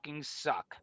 suck